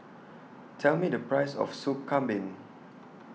Tell Me The Price of Soup Kambing